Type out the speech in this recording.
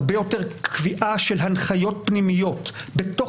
הרבה יותר קביעה של הנחיות פנימיות בתוך